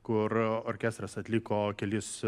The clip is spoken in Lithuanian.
kur orkestras atliko kelis